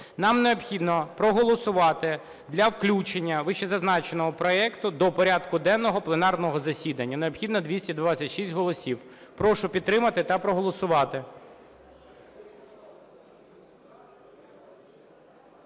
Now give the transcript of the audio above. Нам необхідно проголосувати для включення вищезазначеного проекту до порядку денного пленарного засідання, необхідно 226 голосів. Прошу підтримати та проголосувати.